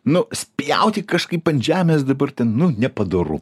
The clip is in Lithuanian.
nu spjauti kažkaip ant žemės dabar ten nu nepadoru